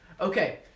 Okay